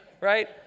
Right